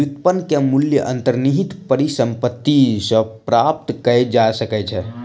व्युत्पन्न के मूल्य अंतर्निहित परिसंपत्ति सॅ प्राप्त कय जा सकै छै